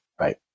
Right